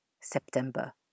September